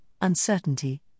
Uncertainty